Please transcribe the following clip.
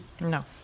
No